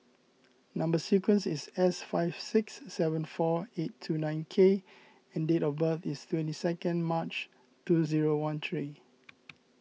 Number Sequence is S five six seven four eight two nine K and date of birth is twenty second March two zero one three